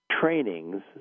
trainings